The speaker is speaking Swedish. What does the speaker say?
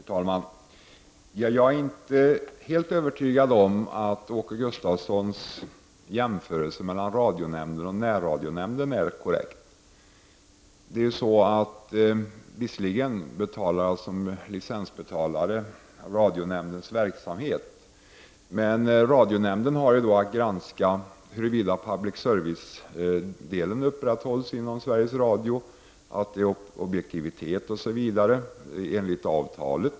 Fru talman! Jag är inte helt övertygad om att Åke Gustavssons jämförelse mellan radionämnden och närradionämnden är korrekt. Visserligen betalar licensbetalarna radionämndens verksamhet, men radionämnden har att granska huruvida public service-delen upprätthålls inom Sveriges Radio, att det är objektivitet osv., enligt avtalet.